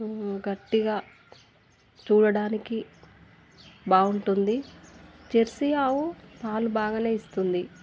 గట్టిగా చూడడానికి బాగుంటుంది జెర్సీ ఆవు పాలు బాగానే ఇస్తుంది